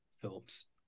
films